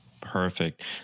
Perfect